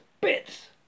bits